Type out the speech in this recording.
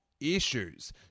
issues